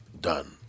done